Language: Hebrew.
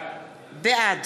בעד